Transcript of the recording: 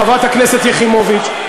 חברת הכנסת יחימוביץ,